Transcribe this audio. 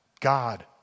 God